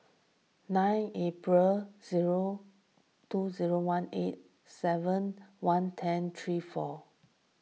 nine April zero two zero one eight seven one ten three four